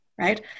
Right